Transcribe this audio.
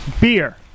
Beer